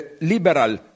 liberal